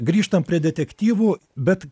grįžtam prie detektyvų bet